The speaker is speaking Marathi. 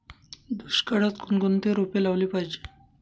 दुष्काळात कोणकोणती रोपे लावली पाहिजे?